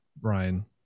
Brian